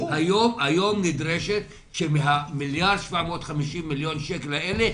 היום נדרש שמה-1.750 מיליארד האלה,